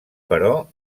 però